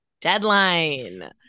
deadline